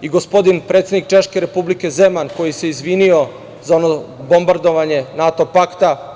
i gospodin predsednik Češke Republike Zeman, koji se izvinio za ono bombardovanje NATO pakta.